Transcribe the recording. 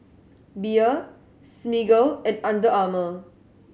Bia Smiggle and Under Armour